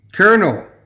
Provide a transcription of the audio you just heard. Colonel